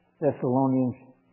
Thessalonians